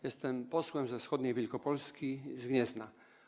Jestem posłem ze wschodniej Wielkopolski, z Gniezna.